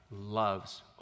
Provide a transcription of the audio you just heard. loves